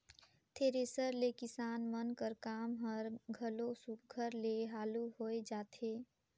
thresher ले किसान मन कर काम हर घलो सुग्घर ले हालु होए जाथे